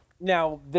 now